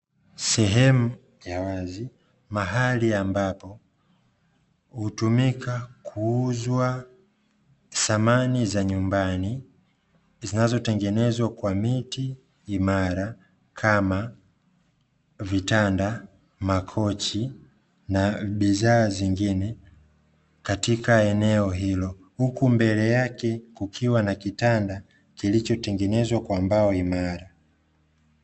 Sehemu ya wazi, mahali ambapo hutumika kuuzwa samani za nyumbani zinazotengenezwa kwa miti imara, kama; vitanda, makochi na bidhaa nyingine katika eneo hilo, huku mbele yake kukiwa na kitanda kilichotengenezwa kwa mbao imara.